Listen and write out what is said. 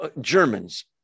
Germans